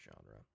genre